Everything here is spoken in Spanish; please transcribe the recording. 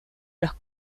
los